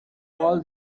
all